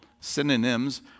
synonyms